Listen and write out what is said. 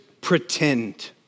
pretend